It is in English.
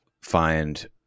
find